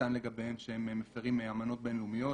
נטען לגביהם שהם מפרים אמנות בינלאומיות.